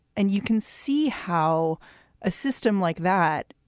and you can see how a system like that,